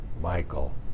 Michael